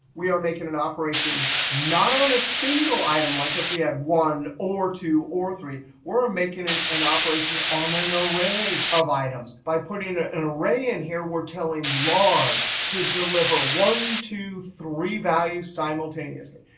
we are making an operation not on a single item like if we had one or two or three. we're making an an operation on an array of items by putting ah an array in here, we're telling large to deliver one, two, three values simultaneously.